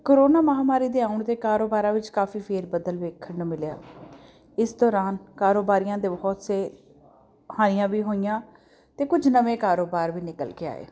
corona ਮਹਾਮਾਰੀ ਦੇ ਆਉਣ ਦੇ ਕਾਰੋਬਾਰਾਂ ਵਿੱਚ ਕਾਫੀ ਫੇਰ ਬਦਲ ਵੇਖਣ ਨੂੰ ਮਿਲਿਆ ਇਸ ਦੌਰਾਨ ਕਾਰੋਬਾਰੀਆਂ ਦੇ ਬਹੁਤ ਸੇ ਹਾਨੀਆਂ ਵੀ ਹੋਈਆਂ ਅਤੇ ਕੁਝ ਨਵੇਂ ਕਾਰੋਬਾਰ ਵੀ ਨਿਕਲ ਕੇ ਆਏ